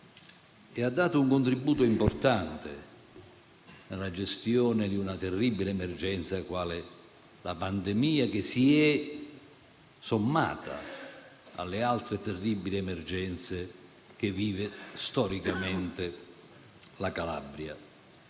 Ha dato un contributo importante nella gestione di una terribile emergenza qual è la pandemia, che si è sommata alle altre terribili emergenze che vive storicamente la Calabria.